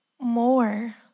more